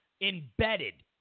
embedded